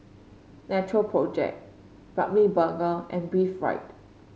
Natural Project Ramly Burger and Breathe Right